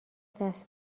دست